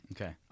Okay